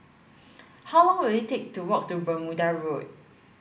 how long will it take to walk to Bermuda Road